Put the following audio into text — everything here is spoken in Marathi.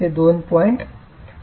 1 ते 2